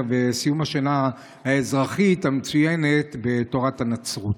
וסיום השנה האזרחית המצוינת בתורת הנצרות.